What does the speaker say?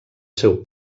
seu